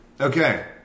okay